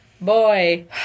Boy